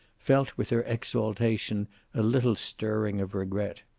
felt with her exaltation a little stirring of regret.